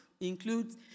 includes